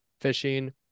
fishing